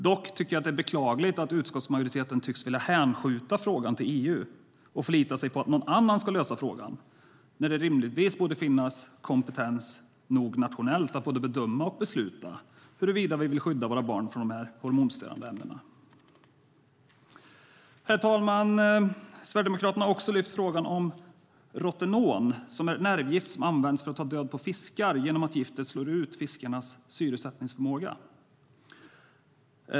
Dock tycker jag att det är beklagligt att utskottsmajoriteten tycks vilja hänskjuta frågan till EU och förlitar sig på att någon annan ska lösa problemet när det rimligtvis borde finnas kompetens nog nationellt att både bedöma och besluta huruvida vi vill skydda våra barn från de här hormonstörande ämnena. Herr talman! Sverigedemokraterna har också lyft fram frågan om rotenon, som är ett nervgift som används för att ta död på fiskar genom att giftet slår ut fiskarnas syresättningsförmåga.